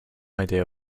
idea